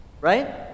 right